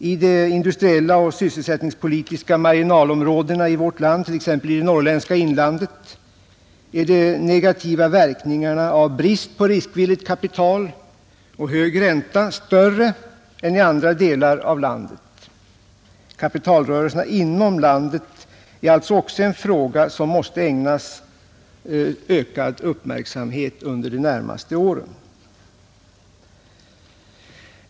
I de industriella och sysselsättningspolitiska marginalområdena i vårt land, t.ex. i det norrländska inlandet, är de negativa verkningarna av brist på riskvilligt kapital och hög ränta större än i andra delar av landet. Kapitalrörelserna inom landet är alltså också en fråga som måste ägnas ökad uppmärksamhet under de närmaste åren.